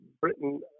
Britain